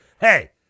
Hey